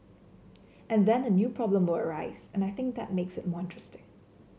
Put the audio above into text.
and then a new problem will arise and I think that makes it more interesting